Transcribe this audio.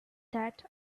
that